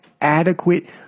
adequate